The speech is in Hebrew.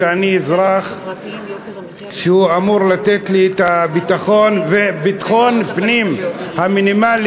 שאני אזרח והוא אמור לתת לי את הביטחון וביטחון הפנים המינימלי,